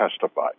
testify